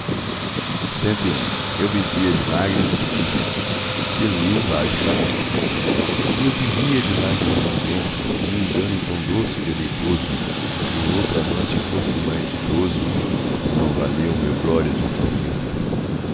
realizou a edição digital desta obra agradecemos sua compreensão eu vivia de lágrimas isento num engano tão doce e deleitoso que em que outro amante fosse mais ditoso não valiam mil glórias um tormento